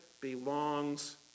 belongs